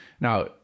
now